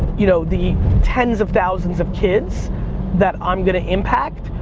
you know, the tens of thousands of kids that i'm gonna impact,